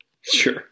Sure